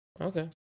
okay